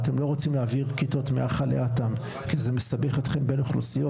אתם לא רוצים להעביר כיתות -- כי זה מסבך אתכם בין אוכלוסיות,